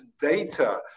data